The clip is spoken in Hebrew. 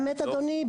אדוני,